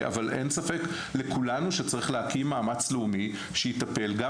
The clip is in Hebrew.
אבל אין ספק לכולנו שצריך להקים מאמץ לאומי שיטפל גם